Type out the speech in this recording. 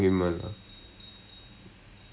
really ah okay maybe